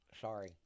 Sorry